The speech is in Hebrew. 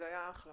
זה היה אחלה.